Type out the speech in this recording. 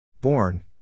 Born